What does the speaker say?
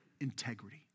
integrity